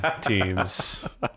teams